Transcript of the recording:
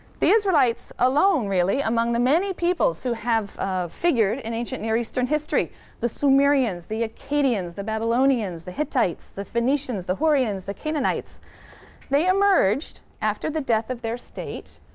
the israelites alone, really, among the many peoples who have ah figured in ancient near eastern history the sumerians, the akkadians, the babylonians, the hittites, the phoenicians, the hurrians, the canaanites they emerged after the death of their state,